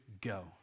go